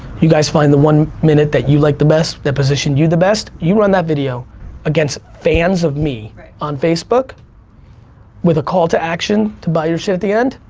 you guys find the one minute that you like the best, that positioned you the best, you run that video against fans of me on facebook with a call to action to buy your shit at the end,